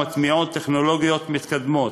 ומטמיעות טכנולוגיות מתקדמות.